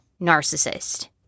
narcissist